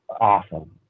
awesome